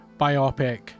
biopic